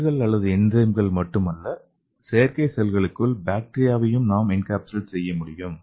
செல்கள் அல்லது என்சைம்கள் மட்டுமல்ல செயற்கை செல்களுக்குள் பாக்டீரியாவையும் நாம் என்கேப்சுலேட் செய்ய முடியும்